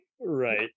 Right